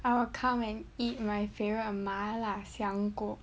I will come and eat my favorite 麻辣香锅